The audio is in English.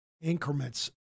increments